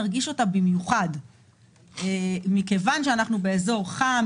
נרגיש אותה במיוחד מכיוון שאנחנו באזור חם,